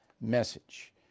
message